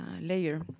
layer